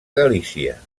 galícia